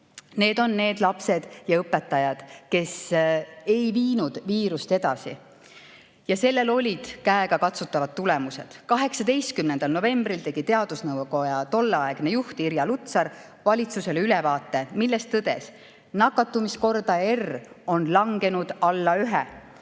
Need on need lapsed ja õpetajad, kes ei viinud viirust edasi. Ja sellel olid käegakatsutavad tulemused. 18. novembril tegi teadusnõukoja tolleaegne juht Irja Lutsar valitsusele ülevaate, milles tõdes: nakatumiskordaja R on langenud alla 1.